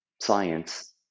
science